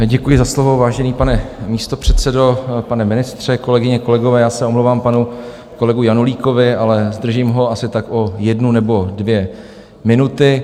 Děkuji za slovo, vážený pane místopředsedo, pane ministře, kolegyně, kolegové, já se omlouvám panu kolegu Janulíkovi, ale zdržím ho asi tak o jednu nebo dvě minuty.